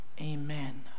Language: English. amen